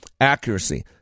Accuracy